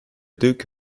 duke